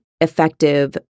effective